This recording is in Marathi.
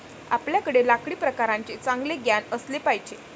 आपल्याकडे लाकडी प्रकारांचे चांगले ज्ञान असले पाहिजे